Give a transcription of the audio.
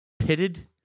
Pitted